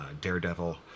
daredevil